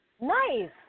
Nice